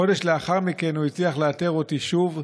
חודש לאחר מכן הוא הצליח לאתר אותי שוב,